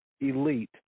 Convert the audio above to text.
elite